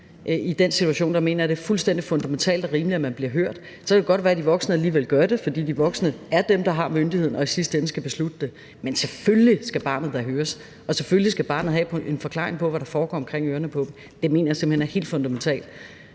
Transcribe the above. i den situation mener jeg det er fuldstændig fundamentalt og rimeligt man bliver hørt. Så kan det godt være, at de voksne alligevel gør det, fordi de voksne er dem, der har myndigheden og i sidste ende skal beslutte det, men selvfølgelig skal barnet da høres, og selvfølgelig skal børnene have en forklaring på, hvad der foregår omkring ørerne på dem. Det mener jeg simpelt hen er helt fundamentalt.